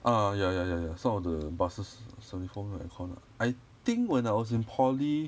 ah ya ya ya ya some of the buses seventy four 没有 aircon lah I think when I was in poly